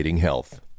health